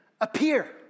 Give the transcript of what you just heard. Appear